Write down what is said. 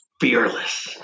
fearless